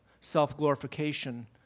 self-glorification